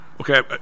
Okay